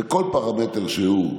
בכל פרמטר שהוא,